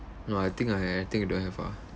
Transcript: no I think I I think don't have ah